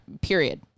Period